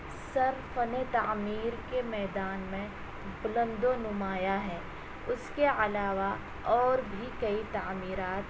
سر فن تعمیر کے میدان میں بلند و نمایاں ہے اس کے علاوہ اور بھی کئی تعمیرات